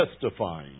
testifying